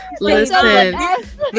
listen